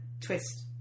twist